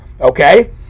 Okay